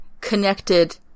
connected